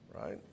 right